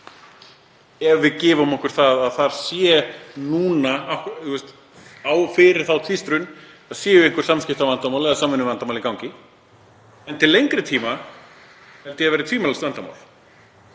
ef við gefum okkur að þar sé núna, fyrir þá tvístrun, einhver samskiptavandamál eða samvinnuvandamál í gangi. En til lengri tíma held ég að það verði tvímælalaust vandamál.